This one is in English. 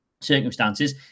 circumstances